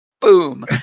boom